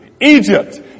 Egypt